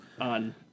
On